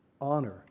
honor